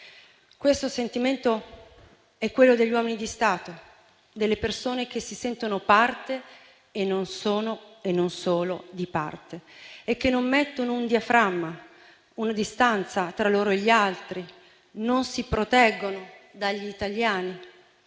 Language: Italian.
Questo sentimento è quello degli uomini di Stato, delle persone che si sentono parte e non sono solo di parte e che non mettono un diaframma, una distanza tra loro e gli altri, non si proteggono dagli italiani,